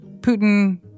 Putin